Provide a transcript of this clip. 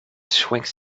swings